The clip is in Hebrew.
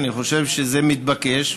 אני חושב שזה מתבקש.